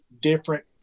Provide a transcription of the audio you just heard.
different